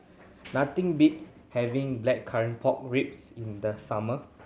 nothing beats having Blackcurrant Pork Ribs in the summer